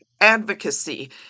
advocacy